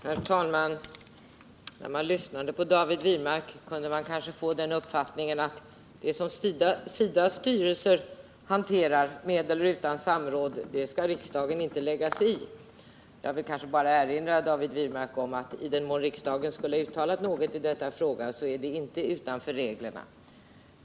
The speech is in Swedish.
Herr talman! När man lyssnade på David Wirmark kunde man få den uppfattningen att det som SIDA:s styrelse hanterar med eller utan samråd skall riksdagen inte lägga sig i. Jag vill då erinra David Wirmark om att i den mån riksdagen har uttalat något i denna fråga är detta inte utanför reglerna.